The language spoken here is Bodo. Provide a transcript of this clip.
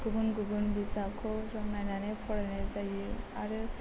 गुबुन गुबुन बिजाबखौ जों नायनानै फरायनाय जायो आरो